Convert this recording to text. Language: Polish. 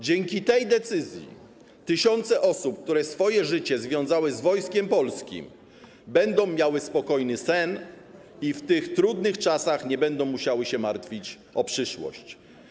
Dzięki tej decyzji tysiące osób, które swoje życie związały z Wojskiem Polskim, będą miały spokojny sen i w tych trudnych czasach nie będą musiały się martwić o przyszłość.